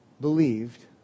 believed